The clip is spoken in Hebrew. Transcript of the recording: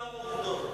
מהעובדות.